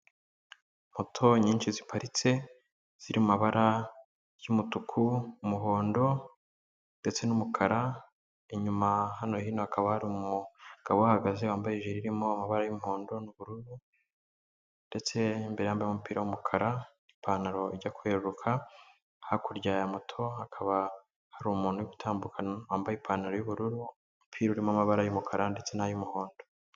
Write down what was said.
Moto nyinshi ziparitse ziri mu mabara y'umutuku, umuhondo ndetse n'umukara, inyuma hano hino hakaba hari umugabo uhahagaze wambaye ijiri irimo mabara y'umuhondo n'ubururu ndetse imbere yambaye umupira w'umukara, ipantaro ijya kweruka, hakurya ya moto, hakaba hari umuntu uri gutambuka wambaye ipantaro y'ubururu, umupira urimo amabara y'umukara ndetse n'ay'umuhondo.